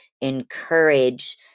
encourage